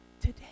today